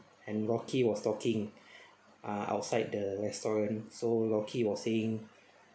and rocky was talking ah outside the restaurant so rocky was saying